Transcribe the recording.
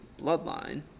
bloodline